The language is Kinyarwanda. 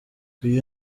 uyu